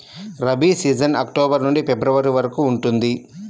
rabi season October నుండి February వరకు ఉంటుంది